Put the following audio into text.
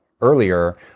earlier